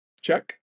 check